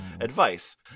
advice